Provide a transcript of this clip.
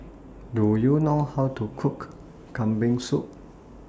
Do YOU know How to Cook Kambing Soup